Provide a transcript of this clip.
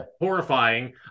horrifying